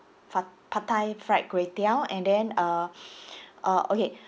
fa~ pad thai fried kway teow and then uh uh okay